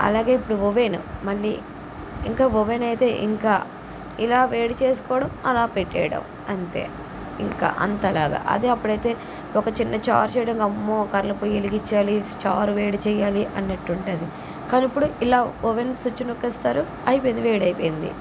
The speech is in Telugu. అలాగే ఇప్పుడు ఓవెన్ మళ్ళీ ఇంకా ఓవెన్ అయితే ఇంకా ఇలా వేడిచేసుకోవడం అలా పెట్టేయడం అంతే ఇంక అంతలాగా అదే అప్పుడైతే ఒక చిన్న చారు చెయ్యడానికి అమ్మో కర్రల పొయ్యి వెలిగిచ్చాలి చారు వేడిచెయ్యాలి అన్నట్టు ఉంటుంది కానీ ఇప్పుడు ఇలా ఓవెన్ స్విచ్ నొక్కేస్తారు అయిపోయింది వేడి అయిపోయింది